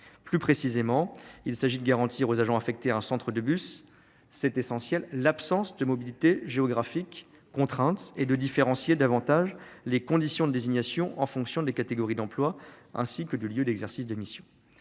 Plus précisément, il s’agit de garantir aux agents affectés à un centre bus l’absence de mobilité géographique contrainte – c’est essentiel – et de différencier davantage les conditions de désignation en fonction des catégories d’emploi, ainsi que du lieu d’exercice des missions.